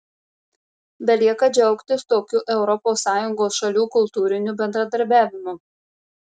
belieka džiaugtis tokiu europos sąjungos šalių kultūriniu bendradarbiavimu